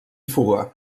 fuga